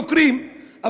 חוקרים.